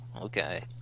Okay